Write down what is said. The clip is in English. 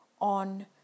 on